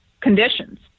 conditions